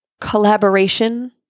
collaboration